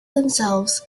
themselves